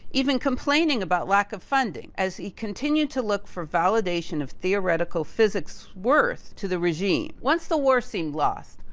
even complaining about lack of funding. as he continued to look for validation of theoretical physics worth to the regime. once the war seemed lost,